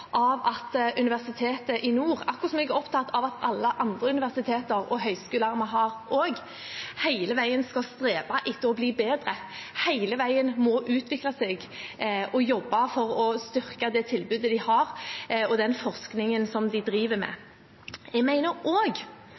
av at universitetet i nord – akkurat som jeg også er opptatt av alle andre universiteter og høyskoler vi har – hele veien skal streve etter å bli bedre, og hele veien må utvikle seg og jobbe for å styrke det tilbudet de har, og den forskningen de driver med. Jeg mener også at et universitet og